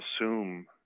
assume